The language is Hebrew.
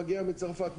מגיעה מצרפת,